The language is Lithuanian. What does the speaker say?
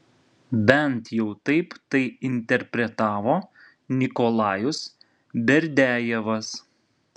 bent jau taip tai interpretavo nikolajus berdiajevas